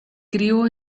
crio